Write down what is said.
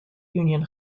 union